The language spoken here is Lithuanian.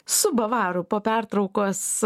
su bavaru po pertraukos